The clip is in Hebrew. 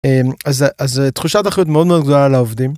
אז תחושת אחריות מאוד מאוד גדולה לעובדים.